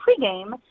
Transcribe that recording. pregame